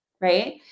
right